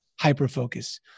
hyper-focus